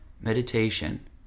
meditation